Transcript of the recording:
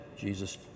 Jesus